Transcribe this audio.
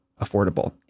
affordable